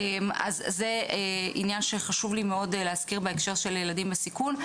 אז זה עניין שחשוב לי מאוד להזכיר בהקשר של ילדים בסיכון.